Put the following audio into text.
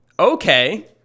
Okay